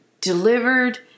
delivered